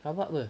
rabak [pe]